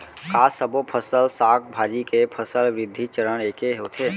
का सबो फसल, साग भाजी के फसल वृद्धि चरण ऐके होथे?